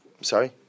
sorry